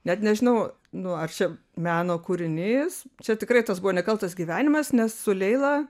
net nežinau nu ar čia meno kūrinys čia tikrai tas buvo nekaltas gyvenimas nes su leila